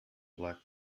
black